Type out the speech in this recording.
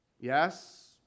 Yes